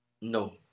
No